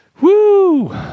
Woo